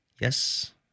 Yes